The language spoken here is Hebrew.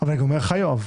אבל אני גם אומר לך, יואב,